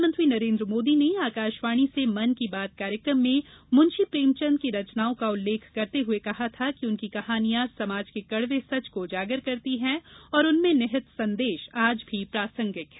प्रधानमंत्री नरेन्द्र मोदी ने आकाशवाणी से मन की बात कार्यक्रम में मुंशी प्रेमचन्द की रचनाओं का उल्लेख करते हुए कहा था कि उनकी कहानियां समाज के कड़वे सच को उजागर करती हैं और उनमें निहित संदेश आज भी प्रासंगिक हैं